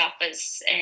office